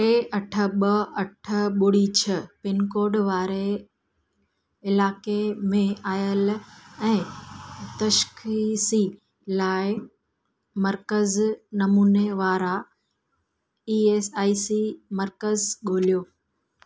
टे अठ ॿ अठ ॿुड़ी छह पिनकोड वारे इलाइक़े में आयल ऐं तशख़ीसी लाइ मर्कज़ नमूने वारा ई एस आई सी मर्कज़ ॻोल्हियो